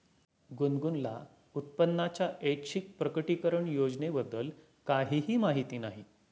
गुनगुनला उत्पन्नाच्या ऐच्छिक प्रकटीकरण योजनेबद्दल काहीही माहिती नाही